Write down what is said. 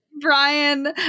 Brian